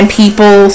people